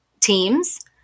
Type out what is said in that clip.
teams